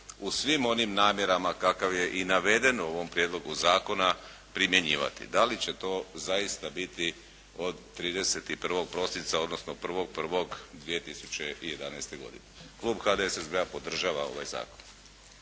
u svim onim namjerama kakav je i naveden u ovom prijedlogu zakona primjenjivati. Da li će to zaista biti od 31. prosinca, odnosno 1. 1. 2011. godine. Klub HDSSB-a podržava ovaj zakon.